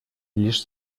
лишь